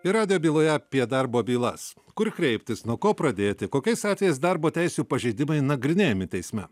ir radijo byloja apie darbo bylas kur kreiptis nuo ko pradėti kokiais atvejais darbo teisių pažeidimai nagrinėjami teisme